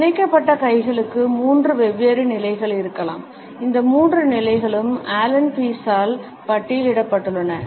பிணைக்கப்பட்ட கைகளுக்கு மூன்று வெவ்வேறு நிலைகள் இருக்கலாம் இந்த மூன்று நிலைகளும் ஆலன் பீஸால் பட்டியலிடப்பட்டுள்ளன